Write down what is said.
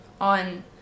on